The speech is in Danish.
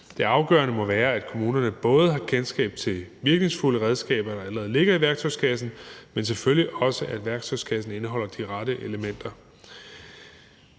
Det afgørende må være, at kommunerne både har kendskab til virkningsfulde redskaber, der allerede ligger i værktøjskassen, men selvfølgelig også, at værktøjskassen indeholder de rette elementer.